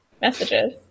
messages